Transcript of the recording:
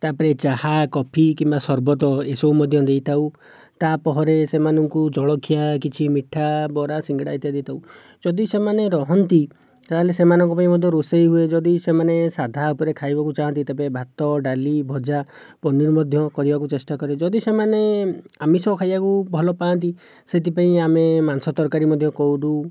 ତା'ପରେ ଚାହା କଫି କିମ୍ବା ସରବତ ଏସବୁ ମଧ୍ୟ ଦେଇଥାଉ ତା'ପରେ ସେମାନଙ୍କୁ ଜଳଖିଆ କିଛି ମିଠା ବରା ସିଙ୍ଗଡ଼ା ଇତ୍ୟାଦି ଦେଇଥାଉ ଯଦି ସେମାନେ ରୁହନ୍ତି ତା'ହେଲେ ସେମାନଙ୍କ ପାଇଁ ମଧ୍ୟ ରୋଷେଇ ହୁଏ ଯଦି ସେମାନେ ସାଧା ଉପରେ ଖାଇବାକୁ ଚାହାନ୍ତି ତେବେ ଭାତ ଡାଲି ଭଜା ପନିର ମଧ୍ୟ କରିବାକୁ ଚେଷ୍ଟା କରେ ଯଦି ସେମାନେ ଆମିଷ ଖାଇଆକୁ ଭଲ ପାଆନ୍ତି ସେଥିପାଇଁ ଆମେ ମାଂସ ତରକାରୀ ମଧ୍ୟ କରୁ